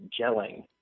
gelling